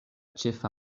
ĉefa